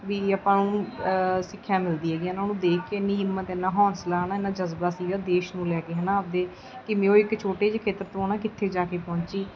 ਵੀ ਆਪਾਂ ਨੂੰ ਸਿੱਖਿਆ ਮਿਲਦੀ ਹੈਗੀ ਐ ਇਨ੍ਹਾਂ ਨੂੰ ਦੇਖ ਕੇ ਇੰਨੀ ਹਿੰਮਤ ਐਨਾ ਹੌਂਸਲਾ ਹੈ ਨਾ ਐਨਾ ਜਜ਼ਬਾ ਸੀਗਾ ਦੇਸ਼ ਨੂੰ ਲੈ ਕੇ ਹੈ ਨਾ ਆਪਦੇ ਕਿਵੇਂ ਉਹ ਇੱਕ ਛੋਟੇ ਜਿਹੇ ਖੇਤਰ ਤੋਂ ਹੈ ਨਾ ਕਿੱਥੇ ਜਾ ਕੇ ਪਹੁੰਚੀ